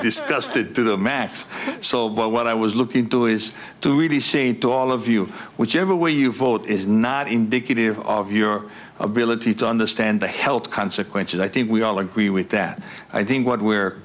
discussed it do the math so what i was looking to do is to really say to all of you whichever way you vote is not indicative of your ability to understand the health consequences i think we all agree with that i think what we're